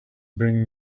bring